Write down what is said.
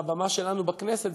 מהבמה שלנו בכנסת,